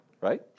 right